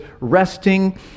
resting